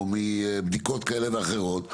או מבדיקות כאלה ואחרות,